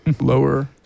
Lower